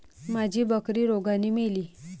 माझी बकरी रोगाने मेली